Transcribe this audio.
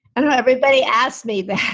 and everybody asks me that.